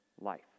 life